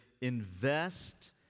invest